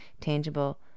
tangible